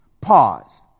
Pause